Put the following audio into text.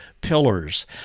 pillars